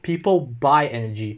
people buy energy